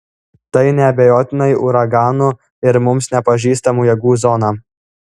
tai neabejotinai uraganų ir mums nepažįstamų jėgų zona